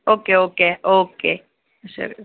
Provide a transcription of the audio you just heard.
okay okay okay સારું okay